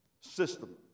system